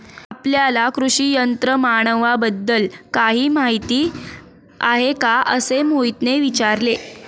आपल्याला कृषी यंत्रमानवाबद्दल काही माहिती आहे का असे मोहितने विचारले?